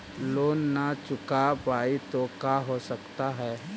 Loan न चुका पाई तो का हो सकता है?